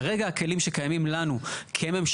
כרגע הכלים שקיימים לנו כממשלה,